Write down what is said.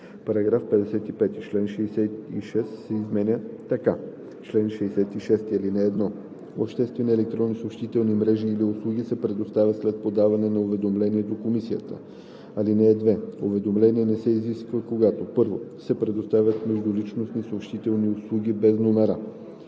§ 55: „§ 55. Член 66 се изменя така: „Чл. 66. (1) Обществени електронни съобщителни мрежи или услуги се предоставят след подаване на уведомление до комисията. (2) Уведомление не се изисква, когато: 1. се предоставят междуличностни съобщителни услуги без номера;